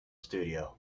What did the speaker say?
studio